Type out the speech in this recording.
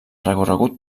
recorregut